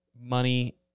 money